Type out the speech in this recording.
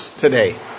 today